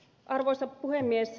arvoisa puhemies